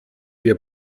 wir